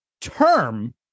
term